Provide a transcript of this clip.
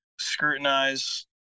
scrutinize